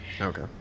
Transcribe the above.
Okay